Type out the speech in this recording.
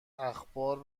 اخبار